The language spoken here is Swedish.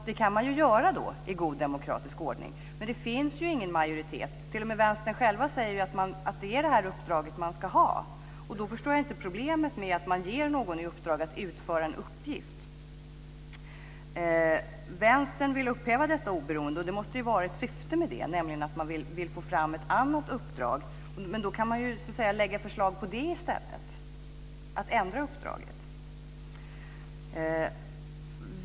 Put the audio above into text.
Det kan man i så fall göra i god demokratisk ordning, men det finns ingen majoritet för det. T.o.m. Vänstern själva säger ju att det är det här uppdraget Riksbanken ska ha. Då förstår jag inte problemet. Man ger någon i uppdrag att utföra en uppgift. Vänstern vill upphäva detta oberoende, och det måste finnas ett syfte med det, nämligen att man vill få fram ett annat uppdrag. Men då kan man ju lägga fram ett förslag om det i stället, alltså att ändra uppdraget.